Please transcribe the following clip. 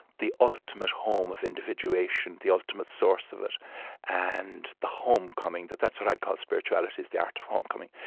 the ultimate home of individuation, the ultimate source of it and the homecoming that that's what i would call spirituality, is the art of homecoming.